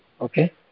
Okay